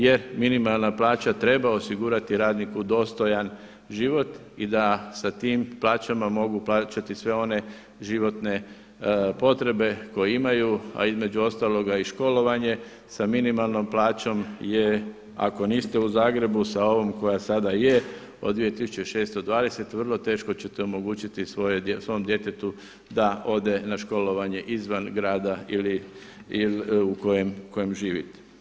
Jer minimalna plaća treba osigurati radniku dostojan život i da sa tim plaćama mogu plaćati sve one životne potrebe koje imaju a između ostaloga i školovanje sa minimalnom plaćom je, ako niste u Zagrebu sa ovom koja sada je od 2620 vrlo teško ćete omogućiti svome djetetu da ode na školovanje izvan grada ili, u kojem živi.